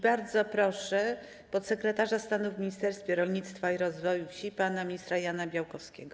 Bardzo proszę podsekretarza stanu w Ministerstwie Rolnictwa i Rozwoju Wsi pana ministra Jana Białkowskiego.